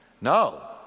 No